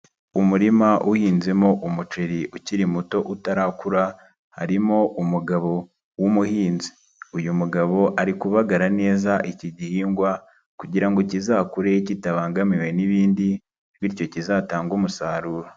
Umurima uhinzemo umuceri ukiri muto utarakura, harimo umugabo w'umuhinzi, uyu mugabo ari kubabagara neza iki gihingwa kugira ngo kizakureho kitabangamiwe n'ibindi, bityo kizatange umusaruro.